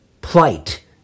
plight